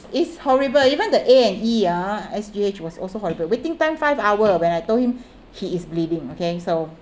it's horrible even the A&E ah S_G_H was also horrible waiting time five hour when I told him he is bleeding okay so